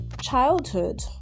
childhood